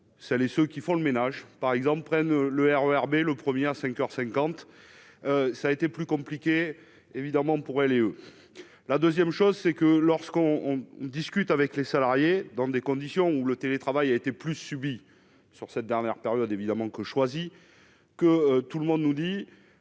celles et ceux qui font le ménage par exemple prennent le RER B, le 1er à 5 heures 50 ça a été plus compliqué évidemment pour elles et eux la 2ème chose c'est que lorsqu'on on discute avec les salariés dans des conditions où le télétravail a été plus subie sur cette dernière période évidemment que choisi que tout le monde nous dit